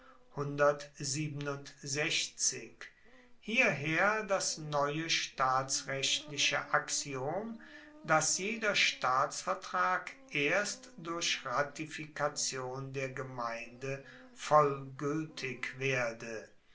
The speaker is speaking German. hierher das neue staatsrechtliche axiom dass jeder staatsvertrag erst durch ratifikation der gemeinde vollgueltig werde